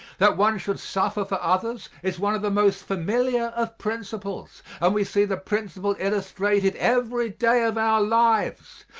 that one should suffer for others is one of the most familiar of principles and we see the principle illustrated every day of our lives.